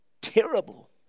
Terrible